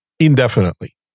Indefinitely